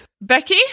Becky